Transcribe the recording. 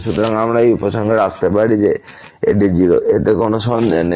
সুতরাং আমরা এই উপসংহারে আসতে পারি যে এটি 0 এতে কোন সন্দেহ নেই